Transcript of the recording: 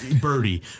Birdie